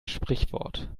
sprichwort